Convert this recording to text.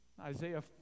Isaiah